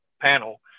panel